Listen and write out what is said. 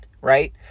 right